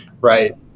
right